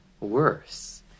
worse